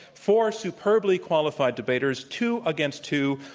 four superbly qualified debaters, two against two,